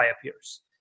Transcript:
appears